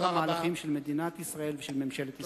המהלכים של מדינת ישראל ושל ממשלת ישראל.